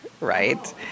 right